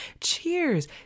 Cheers